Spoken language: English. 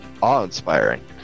awe-inspiring